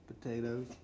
potatoes